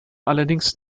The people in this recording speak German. allerdings